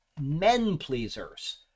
men-pleasers